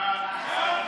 סעיף 1 נתקבל.